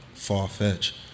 Far-fetched